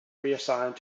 reassigned